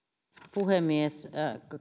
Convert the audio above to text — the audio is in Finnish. puhemies